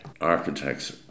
architects